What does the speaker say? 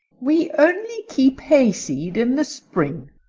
we only keep hayseed in the spring,